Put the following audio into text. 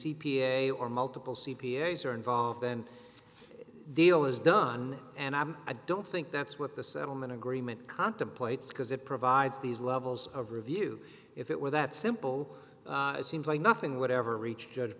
a or multiple c p a s are involved then deal is done and i'm i don't think that's what the settlement agreement contemplates because it provides these levels of review if it were that simple seems like nothing whatever reach judge